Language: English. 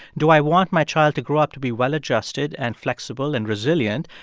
do i want my child to grow up to be well-adjusted and flexible and resilient,